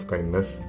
Kindness